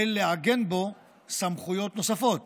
ולעגן בו סמכויות נוספות